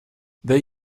they